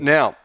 Now